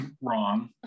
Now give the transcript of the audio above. wrong